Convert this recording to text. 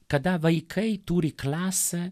kada vaikai turi klasę